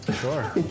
Sure